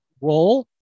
role